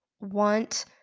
want